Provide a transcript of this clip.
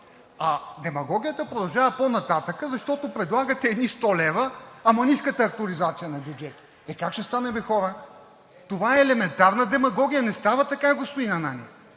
а демагогията продължава по-нататък, защото предлагате едни 100 лв., ама не искате актуализация на бюджета. Е, как ще стане бе, хора?! Това е елементарна демагогия. Не става така, господин Ананиев,